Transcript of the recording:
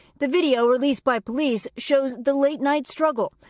the video released by police shows the late-night struggle.